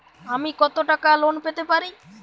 আমি কত টাকা লোন পেতে পারি?